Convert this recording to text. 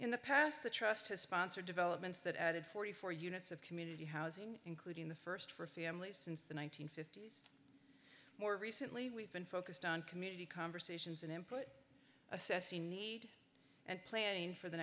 in the past the trust to sponsor developments that added forty four units of community housing including the first for families since the one nine hundred fifty more recently we've been focused on community conversations and input assess the need and planning for the